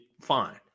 fine